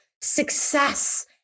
success